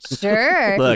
Sure